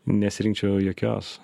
nesirinkčiau jokios